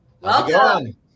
Welcome